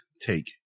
take